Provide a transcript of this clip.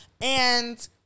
And-